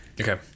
Okay